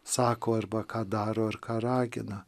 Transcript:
sako arba ką daro ar ką ragina